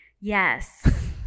Yes